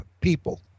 people